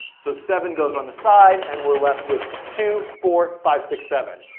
so seven goes on the side and we're left with two, four, five, six, seven.